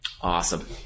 Awesome